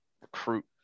recruit